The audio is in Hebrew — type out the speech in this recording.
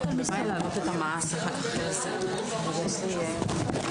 הישיבה ננעלה בשעה 10:42.